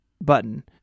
button